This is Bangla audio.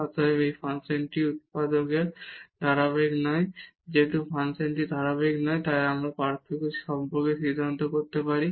অতএব এই ফাংশনটি উৎপত্তির ধারাবাহিক নয় এবং যেহেতু ফাংশনটি ধারাবাহিক নয় তাই আমরা পার্থক্য সম্পর্কে সিদ্ধান্ত নিতে পারি